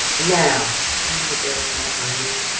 now i'm gonna go with miomi.